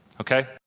Okay